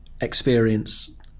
experience